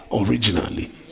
originally